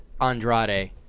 Andrade